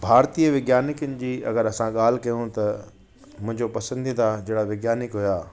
भारतीय विज्ञानिकनि जी अगरि असां ॻाल्हि कयूं त मुंहिंजो पसंदीदा जहिड़ा विज्ञानिक हुआ